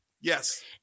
Yes